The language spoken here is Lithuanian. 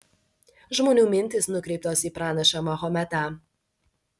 žmonių mintys nukreiptos į pranašą mahometą